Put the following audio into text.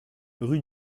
rue